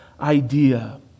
idea